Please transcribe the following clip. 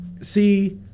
See